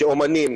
שאומנים,